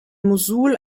mossul